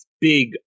big